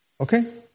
Okay